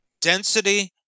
density